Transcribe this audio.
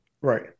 Right